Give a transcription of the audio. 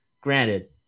granted